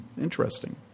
Interesting